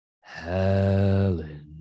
Helen